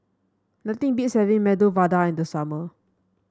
nothing beats having Medu Vada in the summer